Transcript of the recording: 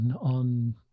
on—